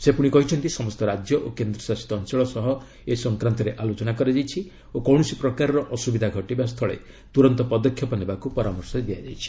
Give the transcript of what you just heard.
ସେ କହିଛନ୍ତି ସମସ୍ତ ରାଜ୍ୟ ଓ କେନ୍ଦ୍ରଶାସିତ ଅଞ୍ଚଳ ସହ ଏ ସଂକ୍ରାନ୍ତରେ ଆଲୋଚନା କରାଯାଇଛି ଓ କୌଣସି ପ୍ରକାରର ଅସୁବିଧା ଘଟିବାସ୍ଥଳେ ତୁରନ୍ତ ପଦକ୍ଷେପ ନେବାକୁ ପରାମର୍ଶ ଦିଆଯାଇଛି